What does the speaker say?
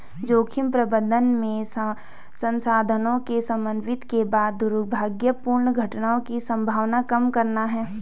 जोखिम प्रबंधन में संसाधनों के समन्वित के बाद दुर्भाग्यपूर्ण घटनाओं की संभावना कम करना है